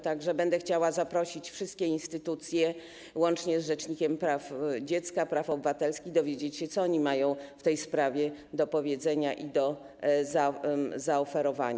Tak że będę chciała zaprosić wszystkie instytucje, łącznie z rzecznikiem praw dziecka, rzecznikiem praw obywatelskich, i dowiedzieć się, co oni mają w tej sprawie do powiedzenia i do zaoferowania.